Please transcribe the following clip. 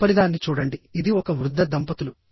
తదుపరిదాన్ని చూడండి ఇది ఒక వృద్ధ దంపతులు